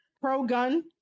pro-gun